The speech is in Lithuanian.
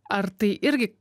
ar tai irgi